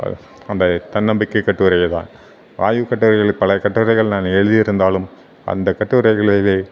ப அந்த தன்னம்பிக்கை கட்டுரைகள் தான் ஆய்வுக் கட்டுரைகள் பல கட்டுரைகள் நான் எழுதிருந்தாலும் அந்த கட்டுரைகளில்